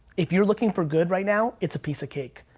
if you're looking for good right now, it's piece of cake.